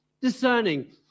discerning